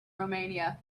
romania